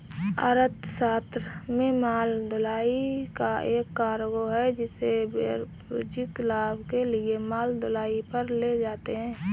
अर्थशास्त्र में माल ढुलाई एक कार्गो है जिसे वाणिज्यिक लाभ के लिए माल ढुलाई पर ले जाते है